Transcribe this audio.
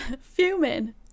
fuming